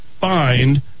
find